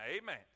amen